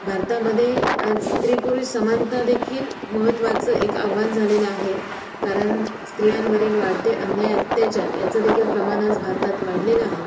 भारतामध्ये आज स्त्री पुरुष समानतादेखील महत्त्वाचं एक आव्हान झालेलं आहे कारण स्त्रियांवरील वाढते अन्याय अत्याचार याचंदेखील प्रमाण आज भारतात वाढलेलं आहे